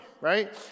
right